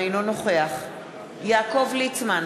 אינו נוכח יעקב ליצמן,